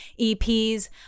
EPs